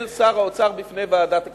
של שר האוצר בפני ועדת הכספים.